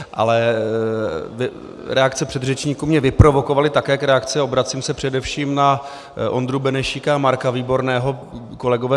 Ale reakce předřečníků mě vyprovokovaly, tak jak reakce, obracím se především na Ondru Benešíka a Marka Výborného, kolegové.